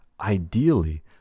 Ideally